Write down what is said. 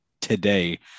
today